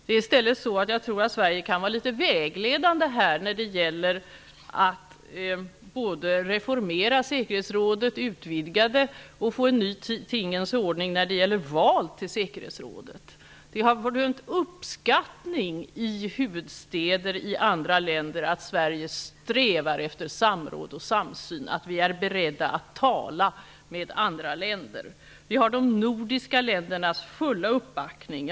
Jag tror i stället att Sverige kan var litet vägledande när det gäller att reformera säkerhetsrådet, utvidga det och få en ny tingens ordning beträffande val till säkerhetsrådet. Det har rönt uppskattning i huvudstäder i andra länder att Sverige strävar efter samråd och samsyn, att vi är beredda att tala med andra länder. Vi har de nordiska ländernas fulla uppbackning.